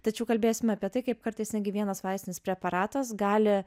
tačiau kalbėsime apie tai kaip kartais netgi vienas vaistinis preparatas gali